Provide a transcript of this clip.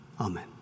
Amen